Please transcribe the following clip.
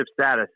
status